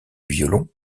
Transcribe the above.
violon